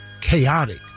chaotic